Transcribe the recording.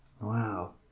Wow